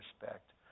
respect